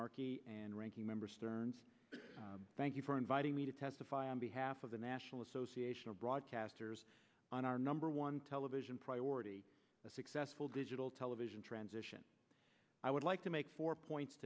markey and ranking member stearns thank you for inviting me to testify on behalf of the national association of broadcasters on our number one television priority a successful digital television transition i would like to make four points